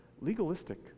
legalistic